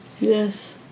Yes